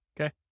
Okay